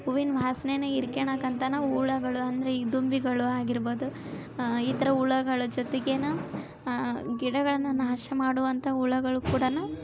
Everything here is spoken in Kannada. ಹೂವಿನ್ ವಾಸನೇನ ಹೀರ್ಕೊಳೋಕಂತಾನೇ ಹುಳಗಳು ಅಂದರೆ ಈ ದುಂಬಿಗಳು ಆಗಿರ್ಬೋದು ಈ ಥರ ಹುಳಗಳ ಜೊತೆಗೆನೇ ಗಿಡಗಳನ್ನು ನಾಶ ಮಾಡುವಂಥ ಹುಳಗಳು ಕೂಡಾನು